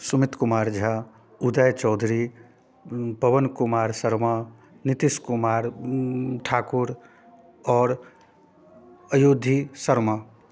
सुमित कुमार झा उदय चौधरी पवन कुमार शर्मा नीतीश कुमार ठाकुर आओर अयोधी शर्मा